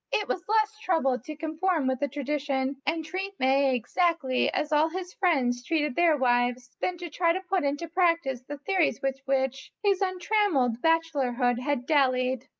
it was less trouble to conform with the tradition and treat may exactly as all his friends treated their wives than to try to put into practice the theories with which his untrammelled bachelorhood had dallied.